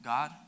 God